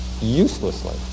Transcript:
uselessly